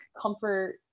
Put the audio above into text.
Comfort